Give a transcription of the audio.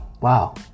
Wow